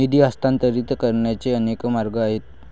निधी हस्तांतरित करण्याचे अनेक मार्ग आहेत